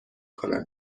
کند